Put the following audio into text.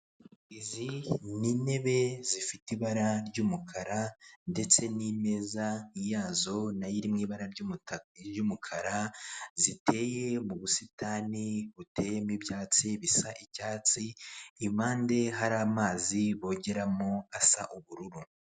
Izi ni intebe zifite ibara ry'umukara ndetse n'imeza yazo nayo iri mu ibara ry'umukara, ziteye mu busitani buteyemo ibyatsi bisa icyatsi impande hari amazi bogeramo asa ubururu.